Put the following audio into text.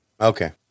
Okay